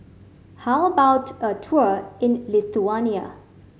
how about a tour in Lithuania